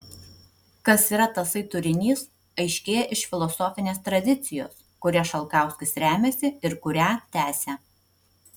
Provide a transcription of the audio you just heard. kas yra tasai turinys aiškėja iš filosofinės tradicijos kuria šalkauskis remiasi ir kurią tęsia